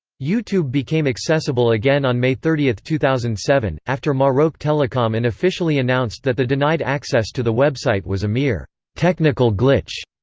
youtube became accessible again on may thirty, two thousand and seven, after maroc telecom unofficially announced that the denied access to the website was a mere technical glitch.